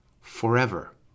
forever